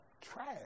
trash